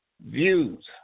views